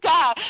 God